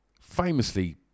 famously